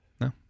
no